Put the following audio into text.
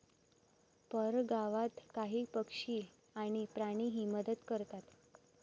परगावात काही पक्षी आणि प्राणीही मदत करतात